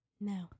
No